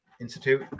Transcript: institute